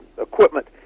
equipment